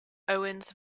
owens